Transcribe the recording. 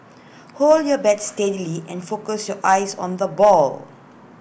hold your bat steadily and focus your eyes on the ball